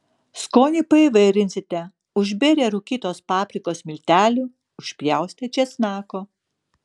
skonį paįvairinsite užbėrę rūkytos paprikos miltelių užpjaustę česnako